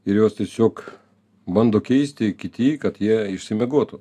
ir juos tiesiog bando keisti kiti kad jie išsimiegotų